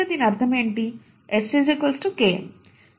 S Km మీరు కనుగొన్న V Vm2 అవుతుంది